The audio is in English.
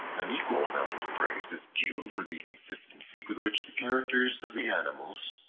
an equal amount of praise is due for the consistency with which the characters of the animals,